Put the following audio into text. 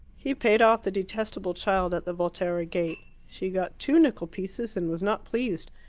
he paid off the detestable child at the volterra gate. she got two nickel pieces and was not pleased,